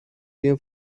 bien